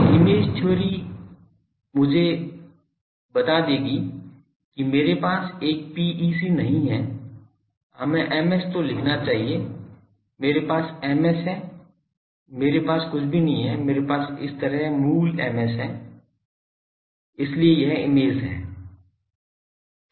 तो image theory मुझे देगा कि मेरे पास एक PEC नहीं है हमें Ms तो लिखना चाहिए मेरे पास Ms है मेरे पास कुछ भी नहीं है मेरे पास इस तरह मूल Ms है इसलिए यह इमेज है